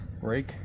Break